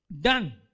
done